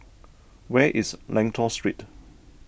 where is Lentor Street